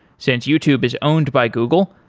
since youtube is owned by google,